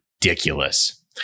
ridiculous